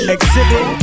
Exhibit